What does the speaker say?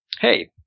Hey